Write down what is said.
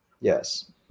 yes